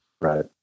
Right